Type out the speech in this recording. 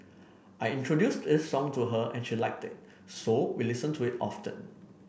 I introduced this song to her and she liked it so we listen to it often